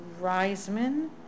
Reisman